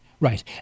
right